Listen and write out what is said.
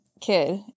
kid